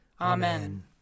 Amen